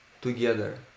together